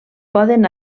poden